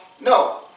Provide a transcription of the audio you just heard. No